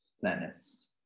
planets